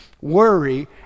worry